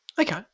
Okay